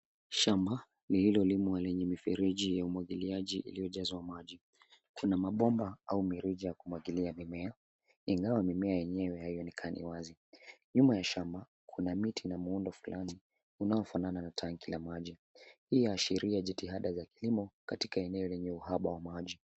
Shamba lililolimwa lenye mifereji ya umwagiliaji iliyojazwa maji. Kuna mabomba au mirija ya kumwagilia, ingawa mimea yenyewe haionekani wazi. Nyuma ya shamba, kuna miti na muundo fulani unaofanana na tangi la maji. Hii inaashiria jitihada za kilimo katika eneo lenye uhaba wa maji.